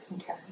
Okay